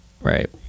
right